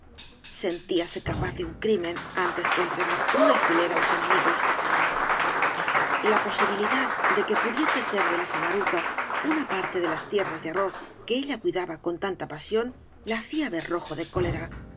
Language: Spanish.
daño sentíase capaz de un crimen antes que entregar un alfiler á los enemigos la v blasco ibáñbz posibilidad de que pudiese ser de la samaruca una parte de laa tierras de arroz que ella cuidaba con tanta pasión la hacía ver rojo de cólera y